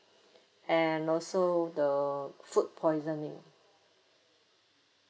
and also the food poisoning